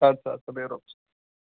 اَدٕ سا اَدٕ سا بِہِو رۄبَس